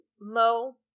Mo